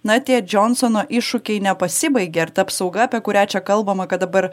na tie džonsono iššūkiai nepasibaigė ar ta apsauga apie kurią čia kalbama kad dabar